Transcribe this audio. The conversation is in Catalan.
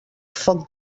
foc